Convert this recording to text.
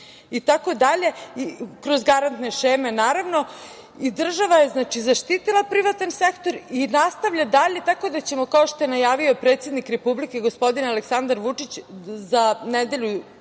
itd. kroz garantne šeme, naravno. Država je, znači, zaštitila privatan sektor i nastavlja dalje tako da ćemo kako je najavio predsednik Republike gospodin Aleksandar Vučić za nedelju